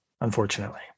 unfortunately